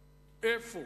איפה.